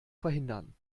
verhindern